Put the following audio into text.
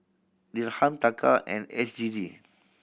Dirham Taka and S G D